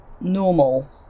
normal